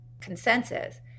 consensus